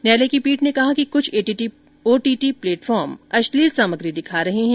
न्यायालय की पीठ ने कहा कि कुछ ओटीटी प्लेटफार्म अश्लील सामग्री दिखा रहे हैं